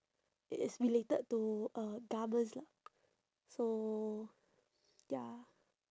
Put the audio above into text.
it is related to uh garments lah so ya